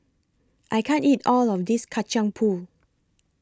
I can't eat All of This Kacang Pool